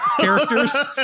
characters